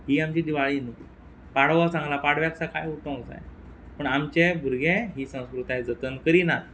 ही आमची दिवाळी न्हू पाडवो सांगला पाडव्याक सकाळीं उठोंक जाय पूण आमचे भुरगे ही संस्कृताय जतन करिनात